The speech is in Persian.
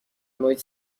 محیط